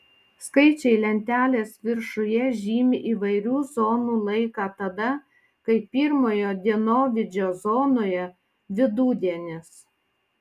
skaičiai lentelės viršuje žymi įvairių zonų laiką tada kai pirmojo dienovidžio zonoje vidudienis